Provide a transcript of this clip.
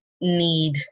need